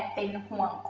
the word